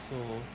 so